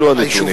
אלה הנתונים.